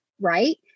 right